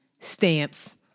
Stamps